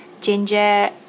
ginger